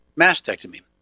mastectomy